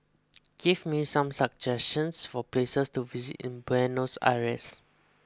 give me some suggestions for places to visit in Buenos Aires